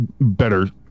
better